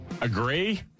Agree